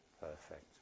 perfect